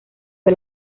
fue